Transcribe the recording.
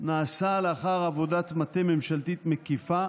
נעשה לאחר עבודת מטה ממשלתית מקיפה